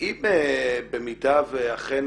אם במידה ואכן